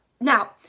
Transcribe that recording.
Now